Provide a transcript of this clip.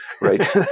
right